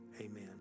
amen